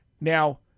Now